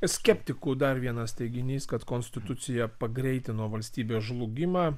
skeptikų dar vienas teiginys kad konstitucija pagreitino valstybės žlugimą